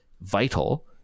vital